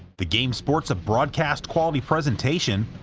the game sports a broadcast-quality presentation,